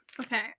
okay